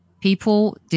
People